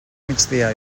migdia